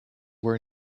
were